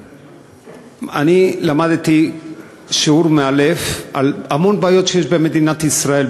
אני למדתי שיעור מאלף על המון בעיות שיש במדינת ישראל,